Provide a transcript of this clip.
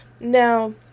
now